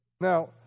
Now